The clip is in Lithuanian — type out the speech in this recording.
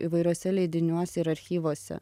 įvairiuose leidiniuose ir archyvuose